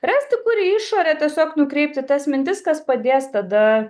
rasti kur į išorę tiesiog nukreipti tas mintis kas padės tada